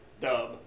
dub